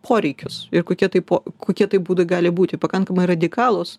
poreikius ir kokie tai po kokie tai būdai gali būti pakankamai radikalūs